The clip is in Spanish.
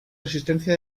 resistencia